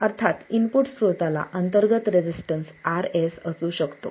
अर्थात इनपुट स्त्रोताला अंतर्गत रेसिस्टन्स Rs असू शकतो